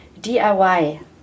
DIY